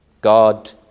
God